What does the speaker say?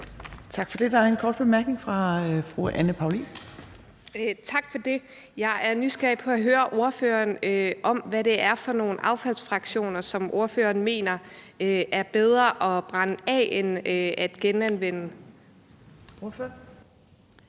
Tak for det. Der er en kort bemærkning fra fru Anne Paulin. Kl. 16:16 Anne Paulin (S): Tak for det. Jeg er nysgerrig efter at høre ordføreren om, hvad det er for nogle affaldsfraktioner, som ordføreren mener er bedre at brænde af end at genanvende. Kl.